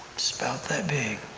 it's about that big.